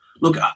look